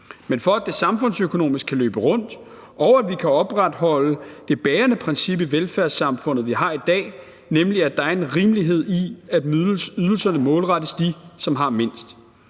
men for at det samfundsøkonomisk kan løbe rundt og at vi kan opretholde det bærende princip i velfærdssamfundet, vi har i dag, nemlig at der er en rimelighed i, at ydelserne målrettes dem, som har mindst,